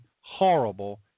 horrible